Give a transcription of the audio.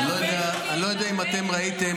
לא יודע אם ראיתם,